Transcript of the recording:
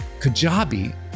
Kajabi